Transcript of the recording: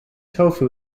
tofu